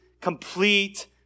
complete